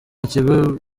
ikigo